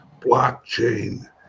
blockchain